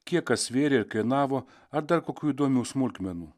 kiek kas svėrė ir kainavo ar dar kokių įdomių smulkmenų